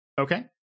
Okay